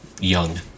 young